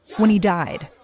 when he died?